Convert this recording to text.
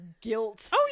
guilt